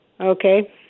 Okay